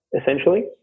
Essentially